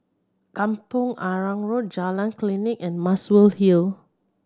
Kampong Arang Road Jalan Klinik and Muswell Hill